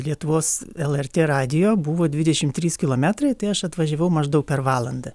lietuvos lrt radijo buvo dvidešimt trys kilometrai tai aš atvažiavau maždaug per valandą